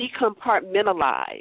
decompartmentalize